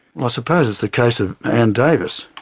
suppose it's the case of ann davis,